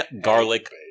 garlic